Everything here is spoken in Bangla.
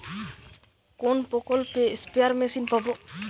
কোন প্রকল্পে স্পেয়ার মেশিন পাব?